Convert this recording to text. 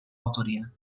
autoria